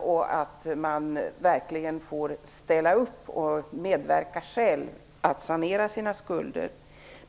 och att man verkligen får ställa upp och själv medverka till att sanera sina skulder.